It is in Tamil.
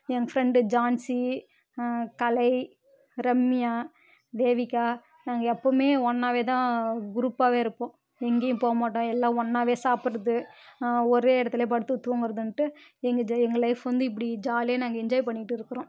என் பிரெண்டு ஜான்சி கலை ரம்யா தேவிகா நாங்கள் எப்பவும் ஒன்னாக தான் குரூப்பாக இருப்போம் எங்கேயும் போக மாட்டோம் எல்லாம் ஒன்னாக சாப்புடுறது ஒரே இடத்துலே படுத்து தூங்குறதுன்ட்டு எங்கள் ஜெ எங்க லைஃப் வந்து இப்படி ஜாலியாக நாங்கள் என்ஜாய் பண்ணிக்கிட்டு இருக்கிறோம்